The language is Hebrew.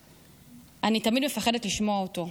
שאני תמיד מפחדת לשמוע אותו.